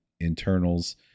internals